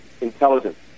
intelligence